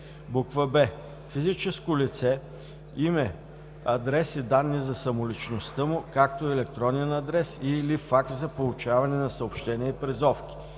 б) физическо лице: име, адрес и данни за самоличността му, както и електронен адрес и/или факс за получаване на съобщения и призовки;